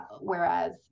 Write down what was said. whereas